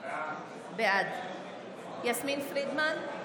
בעד יסמין פרידמן,